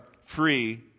free